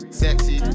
sexy